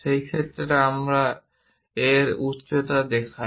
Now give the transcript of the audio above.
সেই ক্ষেত্রে আমরা এর উচ্চতা দেখাই